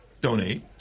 donate